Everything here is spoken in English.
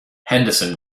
henderson